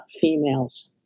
females